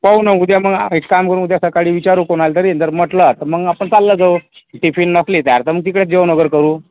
पाहू ना उद्या मग एक काम करू उद्या सकाळी विचारू कोणाला तरी जर म्हटलं तर मग आपण चाललं जाऊ टिफिन नसले तयार तर मग तिकडेच जेवण वगैरे करू